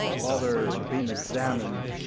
while they are being examined,